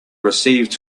received